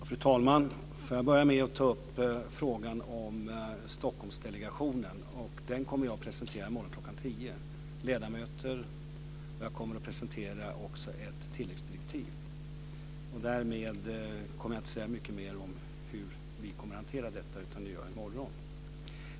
Fru talman! Får jag börja med att ta upp frågan om Stockholmsdelegationen. Den kommer jag att presentera i morgon kl. 10, bl.a. ledamöter. Jag kommer också att presentera ett tilläggsdirektiv. Därmed kommer jag inte att säga mycket mer om hur vi kommer att hantera detta, utan det gör jag i morgon.